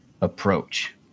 approach